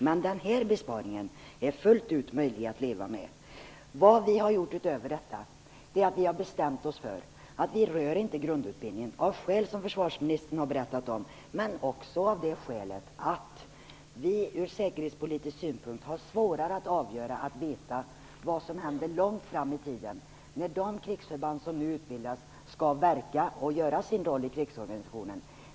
Men den här besparingen är fullt ut möjlig att leva med. Vad vi har gjort utöver detta är att vi bestämt oss för att vi inte rör grundutbildningen, av skäl som försvarsministern har berättat om, men också av det skälet att vi ur säkerhetspolitisk synpunkt har svårare att veta vad som händer långt fram i tiden. Men de krigsförband som nu utbildas skall verka och fullgöra sin roll i krigsorganisationen.